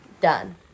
Done